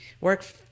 work